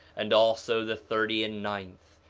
and also the thirty and ninth,